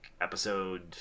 episode